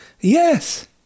yes